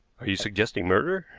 are you suggesting murder?